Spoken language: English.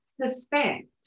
suspect